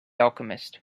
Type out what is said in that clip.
alchemist